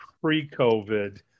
pre-COVID